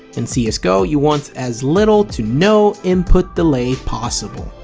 in cs go you want as little to no input delay possible.